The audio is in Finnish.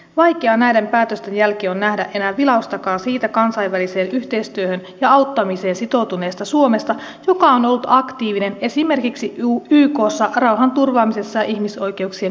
vaikea näiden päätösten jälkeen on nähdä enää vilaustakaan siitä kansainväliseen yhteistyöhön ja auttamiseen sitoutuneesta suomesta joka on ollut aktiivinen esimerkiksi ykssa rauhanturvaamisessa ja ihmisoikeuksien edistämisessä